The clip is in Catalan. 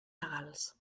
legals